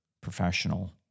professional